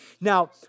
Now